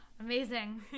Amazing